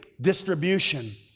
distribution